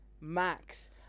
max